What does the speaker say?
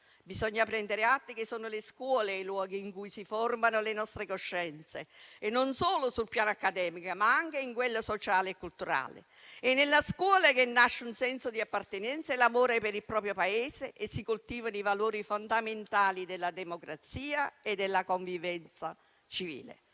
Bisogna prendere atto che sono le scuole i luoghi in cui si formano le nostre coscienze, non solo sul piano accademico, ma anche in quello sociale e culturale. È nella scuola che nasce un senso di appartenenza e l'amore per il proprio Paese, e si coltivano i valori fondamentali della democrazia e della convivenza civile.